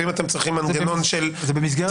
ואם אתם צריכים מנגנון של טריגר,